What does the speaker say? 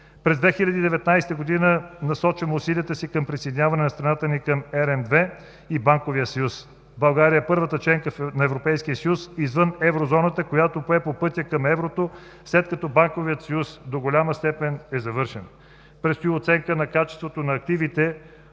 През 2019 г. насочваме усилията си за присъединяване на страната ни към ERM ІІ и Банковия съюз. България е първата членка на Европейския съюз извън Еврозоната, която пое по пътя към еврото, след като Банковият съюз до голяма степен е завършен. Предстои оценка на качеството на активите